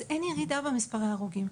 אז אין ירידה במספר ההרוגים,